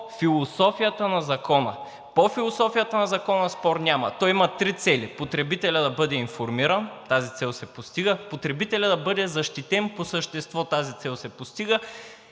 философията на Закона. По философията на Закона спор няма. Той има три цели: потребителят да бъде информиран – тази цел се постига; потребителят да бъде защитен по същество – тази цел се постига;